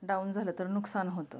down झालं तर नुकसान होतं